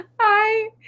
Hi